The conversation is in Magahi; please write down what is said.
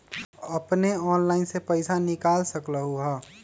अपने ऑनलाइन से पईसा निकाल सकलहु ह?